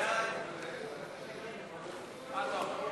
כהצעת הוועדה,